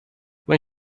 when